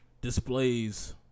Displays